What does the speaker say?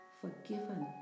forgiven